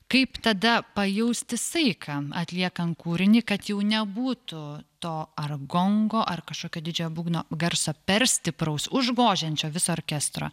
kaip tada pajausti saiką atliekant kūrinį kad jau nebūtų to ar gongo ar kažkokio didžiojo būgno garso per stipraus užgožiančio viso orkestro